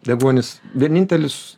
deguonis vienintelis